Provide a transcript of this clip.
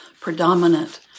predominant